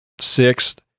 sixth